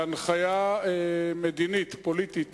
בהנחיה מדינית-פוליטית